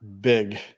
Big